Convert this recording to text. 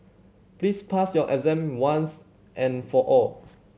please pass your exam once and for all